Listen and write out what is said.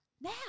now